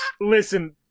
Listen